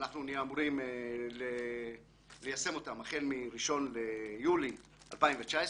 שאנחנו נהיה אמורים ליישם אותן החל מה-1 ביולי 2019,